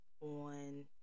on